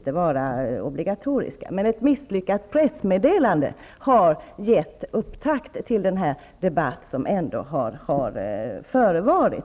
skulle vara obligatoriska. Ett misslyckat pressmeddelande har givit anledning till den debatt som har förevarit.